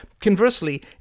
conversely